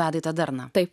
matai tą darną taip